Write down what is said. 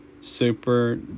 super